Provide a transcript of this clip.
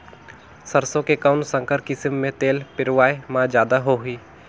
सरसो के कौन संकर किसम मे तेल पेरावाय म जादा होही?